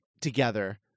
together